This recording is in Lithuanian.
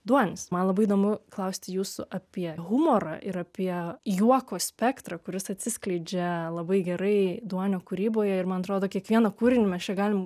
duonis man labai įdomu klausti jūsų apie humorą ir apie juoko spektrą kuris atsiskleidžia labai gerai duonio kūryboje ir man atrodo kiekvieną kūrinį mes čia galim